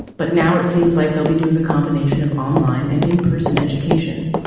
but now it seems like they'll be doing a combination of online and in-person education.